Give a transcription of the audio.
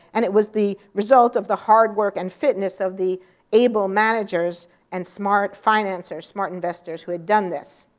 and it was the result of the hard work and fitness of the able managers and smart financers, smart investors who had done this.